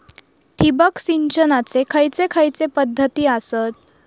ठिबक सिंचनाचे खैयचे खैयचे पध्दती आसत?